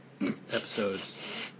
episodes